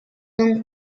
donc